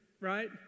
right